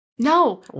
No